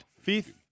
Fifth